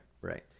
Right